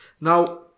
Now